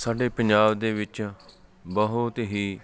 ਸਾਡੇ ਪੰਜਾਬ ਦੇ ਵਿੱਚ ਬਹੁਤ ਹੀ